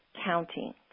counting